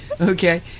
okay